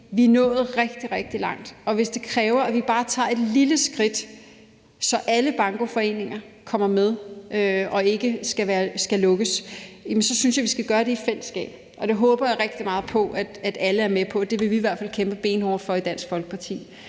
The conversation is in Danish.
vi er nået rigtig, rigtig langt, og hvis det bare kræver, at vi tager et lille skridt, så alle bankoforeninger kommer med og de ikke skal lukkes, så synes jeg, at vi skal gøre det i fællesskab. Det håber jeg rigtig meget på at alle er med på, og det vil vi i hvert fald kæmpe benhårdt for i Dansk Folkeparti.